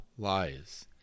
lies